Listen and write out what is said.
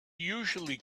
usually